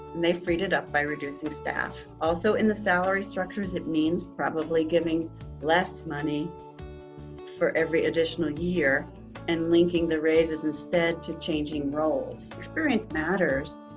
they freed it up by reducing staff. also in the salary structures, it means probably giving less money for every additional year and linking the raises instead to changing roles. experience matters,